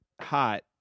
hot